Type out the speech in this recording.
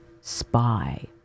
spy